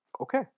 Okay